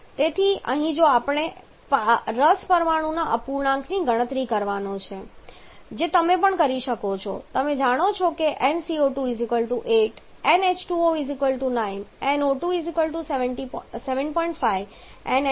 તેથી અહીં જો અમારો રસ પરમાણુના અપૂર્ણાંકની ગણતરી કરવાનો છે જે તમે પણ અહીં કરી શકો છો તમે જાણો છો કે nCO2 8 nH2O 9 nO2 7